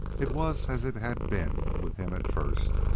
it was as it had been with him at first.